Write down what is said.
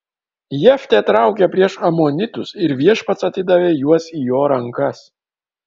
jeftė traukė prieš amonitus ir viešpats atidavė juos į jo rankas